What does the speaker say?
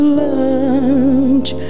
lunch